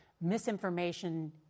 misinformation